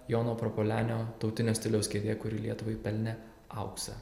jono prapuolenio tautinio stiliaus kėdė kuri lietuvai pelnė auksą